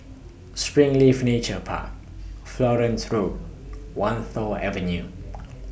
Springleaf Nature Park Florence Road Wan Tho Avenue